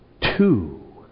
two